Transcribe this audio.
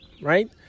Right